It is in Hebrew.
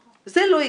זה לא יקרה.